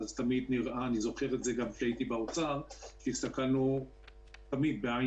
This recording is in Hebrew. אני זוכר שכשהייתי באוצר תמיד הסתכלנו בעין